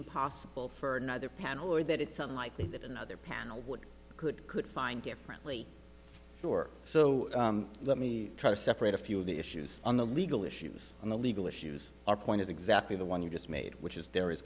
impossible for another panel or that it's unlikely that another panel would could could find differently so let me try to separate a few of the issues on the legal issues and the legal issues our point is exactly the one you just made which is there is